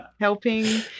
helping